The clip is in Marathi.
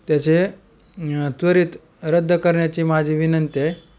त्याचे त्वरित रद्द करण्याची माझी विनंती आहे